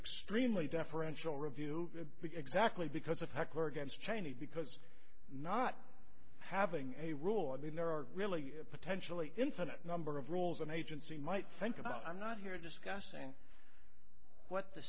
extremely deferential review biggs's actually because of heckler against cheney because not having a rule i mean there are really potentially infinite number of rules an agency might think about i'm not here discussing what the